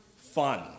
Fun